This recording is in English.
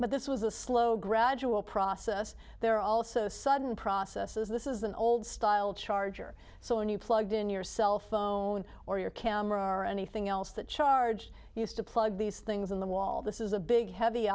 but this was a slow gradual process there are also sudden processes this is an old style charger so when you plugged in your cellphone or your camera or anything else that charge used to plug these things in the wall this is a big heavy